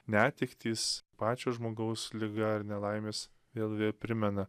netektys pačio žmogaus liga ar nelaimės vėl vėl primena